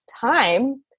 time